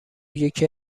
یکی